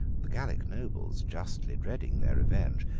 the gallic nobles, justly dreading their revenge,